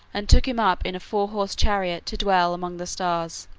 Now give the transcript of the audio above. and took him up in a four-horse chariot to dwell among the stars.